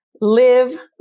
live